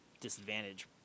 disadvantage